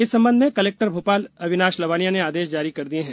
इस संबंध में कलेक्टर भोपाल अविनाश लवानिया ने आदेश जारी किए हैं